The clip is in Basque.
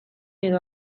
edo